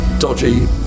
dodgy